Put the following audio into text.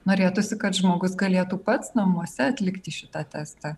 norėtųsi kad žmogus galėtų pats namuose atlikti šitą testą